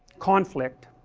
conflict,